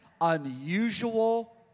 Unusual